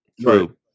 True